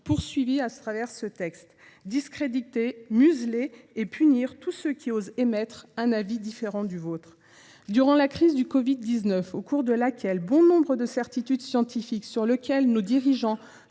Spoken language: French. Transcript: poursuit au travers de ce texte : discréditer, museler et punir tous ceux qui osent émettre un avis différent du vôtre ! Durant la crise du covid 19, bon nombre de certitudes scientifiques sur lesquelles nos dirigeants